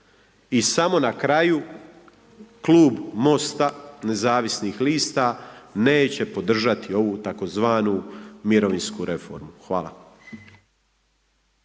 I samo na kraju Klub Most-a nezavisnih lista, neće podržati ovu tako zvanu mirovinsku reformu. Hvala.